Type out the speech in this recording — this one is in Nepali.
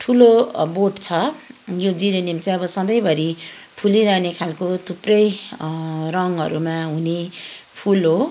ठुलो बोट छ यो जिरेनियम चाहिँ अब सधैँभरि फुलिरहने खालको थुप्रै रङहरूमा हुने फुल हो